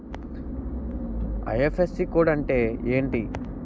IFSC code అంటే ఏంటి?